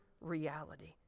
reality